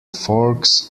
forks